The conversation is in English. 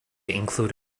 include